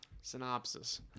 Synopsis